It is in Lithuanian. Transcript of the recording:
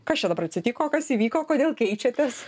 kas čia dabar atsitiko kas įvyko kodėl keičiatės